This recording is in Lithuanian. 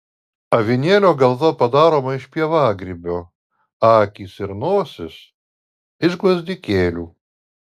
avinėlio galva padaroma iš pievagrybio akys ir nosis iš gvazdikėlių